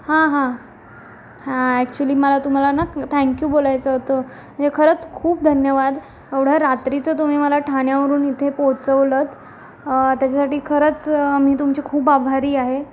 हां हां हां ॲक्च्युली मला तुम्हाला न थँक यू बोलायचं होतं खरंच खूप धन्यवाद एवढं रात्रीचं तुम्ही मला ठान्यावरून इथे पोचवलंत त्याच्यासाठी खरंच मी तुमची खूप आभारी आहे